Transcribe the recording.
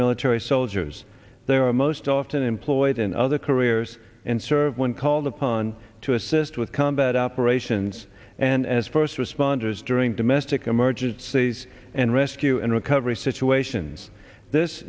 military soldiers they are most often employed in other careers and served when called upon to assist with combat operations and as first responders during domestic emergencies and rescue and recovery situations this